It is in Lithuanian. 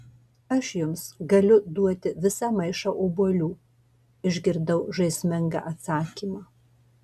aš jums galiu duoti visą maišą obuolių išgirdau žaismingą atsakymą